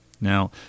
Now